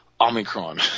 Omicron